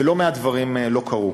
ולא מעט דברים לא קרו.